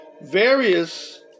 Various